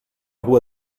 rua